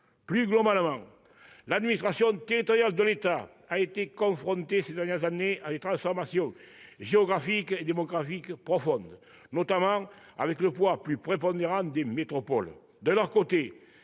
Plus globalement, l'administration territoriale de l'État a été confrontée ces dernières années à des transformations géographiques et démographiques profondes, notamment en raison du poids plus prépondérant des métropoles.